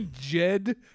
Jed